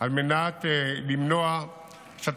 על מנת למנוע את התופעות.